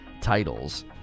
titles